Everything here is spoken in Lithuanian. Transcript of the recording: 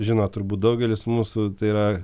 žino turbūt daugelis mūsų tai yra